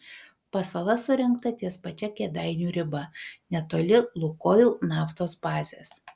pasala surengta ties pačia kėdainių riba netoli lukoil naftos bazės